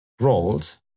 roles